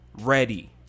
ready